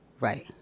Right